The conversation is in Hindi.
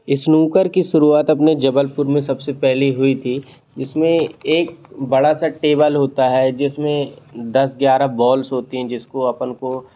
इस्नूकर की शुरुआत अपने जबलपुर में सबसे पहले हुई थी जिसमें एक बड़ा सा टेबल होता है जिसमें दस ग्यारह बॉल्स होते हैं जिसको अपन को